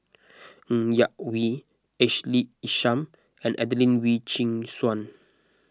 Ng Yak Whee Ashley Isham and Adelene Wee Chin Suan